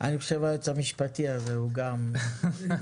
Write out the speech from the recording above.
אני חושב היועץ המשפטי הזה הוא גם מתחרה.